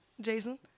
Jason